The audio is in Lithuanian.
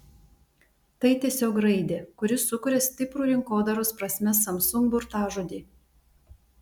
tai tiesiog raidė kuri sukuria stiprų rinkodaros prasme samsung burtažodį